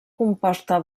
composta